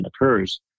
occurs